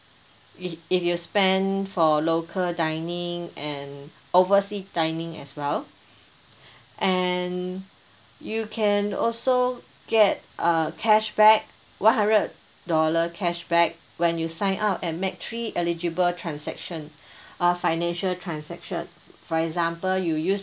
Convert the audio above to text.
if if you spend for local dining and oversea dining as well and you can also get uh cashback one hundred dollar cashback when you sign up and make three eligible transaction uh financial transaction for example you use